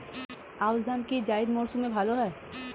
আউশ ধান কি জায়িদ মরসুমে ভালো হয়?